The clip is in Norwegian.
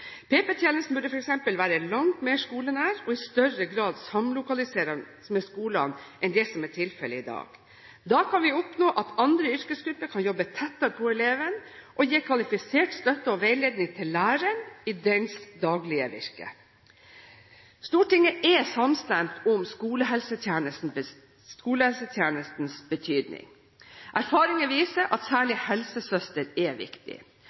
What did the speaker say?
burde f.eks. være langt mer skolenær og i større grad samlokaliseres med skolene enn det som er tilfellet i dag. Da kan vi oppnå at andre yrkesgrupper kan jobbe tettere på eleven og gi kvalifisert støtte og veiledning til læreren i dens daglige virke. Stortinget er samstemt om skolehelsetjenestens betydning. Erfaringer viser at særlig helsesøster er viktig.